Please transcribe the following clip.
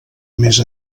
més